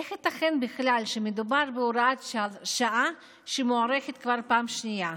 איך ייתכן בכלל שמדובר בהוראת שעה שמוארכת כבר פעם שנייה?